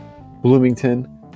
Bloomington